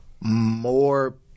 more